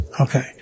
Okay